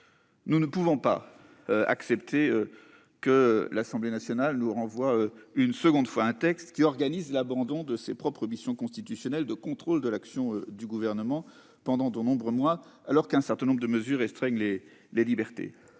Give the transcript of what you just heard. Nous ne pouvons pas accepter que l'Assemblée nationale nous renvoie un texte qui organise l'abandon de ses propres missions constitutionnelles de contrôle de l'action du Gouvernement pendant de nombreux mois, alors qu'un certain nombre de mesures restreignent les libertés.